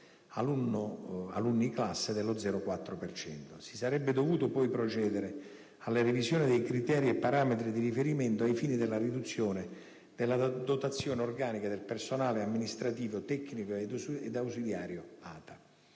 alunni-classe dello 0,4 per cento. Si sarebbe dovuto poi procedere alla revisione dei criteri e parametri di riferimento ai fini della riduzione della dotazione organica del personale amministrativo, tecnico ed ausiliario ATA.